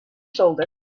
shoulder